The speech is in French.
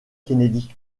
kennedy